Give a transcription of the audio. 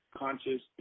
conscious